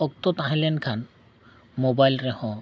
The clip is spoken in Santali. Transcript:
ᱚᱠᱛᱚ ᱛᱟᱦᱮᱸ ᱞᱮᱱᱠᱷᱟᱱ ᱢᱳᱵᱟᱭᱤᱞ ᱨᱮᱦᱚᱸ